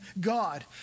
God